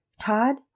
Todd